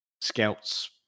Scouts